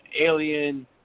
Alien